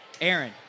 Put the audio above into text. Aaron